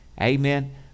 Amen